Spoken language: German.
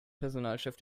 personalchef